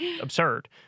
absurd